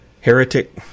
Heretic